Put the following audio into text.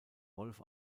wolff